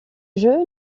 jeu